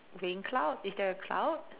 rain cloud is there a cloud